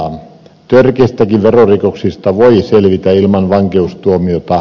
törkeistäkin verorikoksista voi selvitä ilman vankeustuomiota